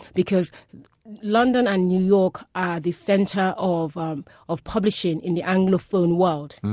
because london and new york are the center of um of publishing in the anglophone world.